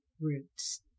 roots